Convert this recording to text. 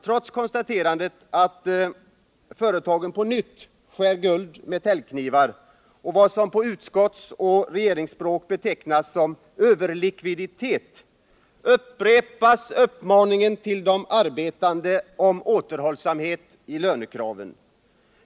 Trots konstaterandet att företagen på nytt skär guld med täljknivar och har vad som på utskottsoch regeringsspråk betecknas som överlikviditet upprepas uppmaningen till de arbetande om återhållsamhet i lönekraven.